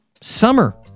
Summer